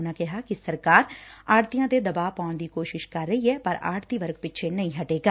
ਉਨੂਾਂ ਕਿਹਾ ਕਿ ਸਰਕਾਰ ਆਤੁਤੀਆਂ ਤੇ ਦਬਾਅ ਬਣਾਉਣ ਦੀ ਕੋਸ਼ਿਸ ਕਰ ਰਹੀ ਐ ਪਰ ਆਤੁਤੀ ਵਰਗ ਪਿੱਛੇ ਨਹੀਂ ਹਟੇਗਾ